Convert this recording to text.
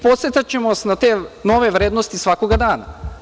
Podsećaćemo vas na te nove vrednosti svakoga dana.